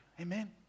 Amen